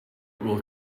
will